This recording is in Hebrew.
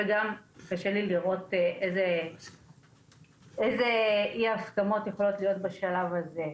גם קשה לי לראות אילו אי הסכמות יכולות להיות בשלב הזה.